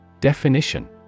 Definition